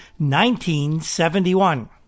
1971